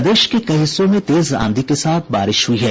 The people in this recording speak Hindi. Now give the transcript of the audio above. प्रदेश के कई हिस्सों में तेज आंधी के साथ बारिश हुई है